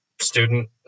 student